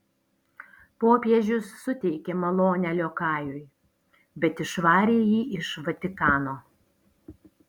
popiežius suteikė malonę liokajui bet išvarė jį iš vatikano